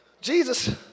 Jesus